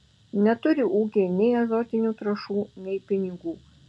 neturi ūkiai nei azotinių trąšų nei pinigų